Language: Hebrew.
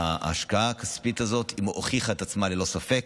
ההשקעה הכספית הזאת הוכיחה את עצמה ללא ספק.